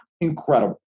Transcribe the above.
incredible